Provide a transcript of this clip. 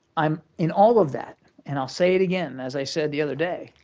i'm in all of that, and i'll say it again as i said the other day,